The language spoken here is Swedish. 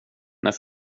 när